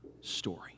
story